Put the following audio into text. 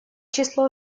число